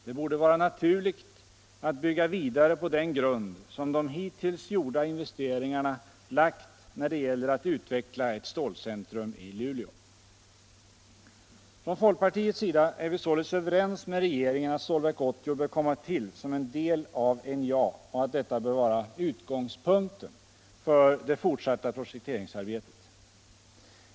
Det borde vara naturligt att bygga vidare på den grund som de hittills gjorda investeringarna lagt när det gäller att utveckla ett stålcentrum i Luleå. Från folkpartiets sida är vi således överens med regeringen om att Stålverk 80 bör komma till som en del av NJA och att detta bör vara utgångspunkten för det fortsatta projekteringsarbetet.